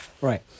right